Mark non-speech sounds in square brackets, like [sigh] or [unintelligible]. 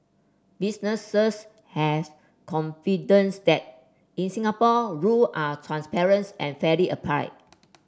businesses have confidence that in Singapore rule are [unintelligible] and fairly applied